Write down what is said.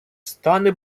стане